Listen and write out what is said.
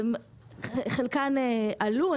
חלקן עלו.